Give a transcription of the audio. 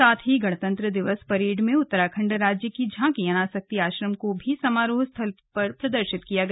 साथ ही गणतंत्र दिवस परेड में उत्तराखण्ड राज्य की झांकी अनासक्ति आश्रम को भी समारोह स्थल पर प्रदर्शित किया गया